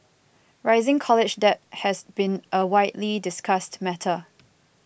rising college debt has been a widely discussed matter